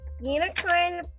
unicorn